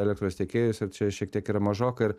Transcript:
elektros tiekėjus ir čia šiek tiek yra mažoka ir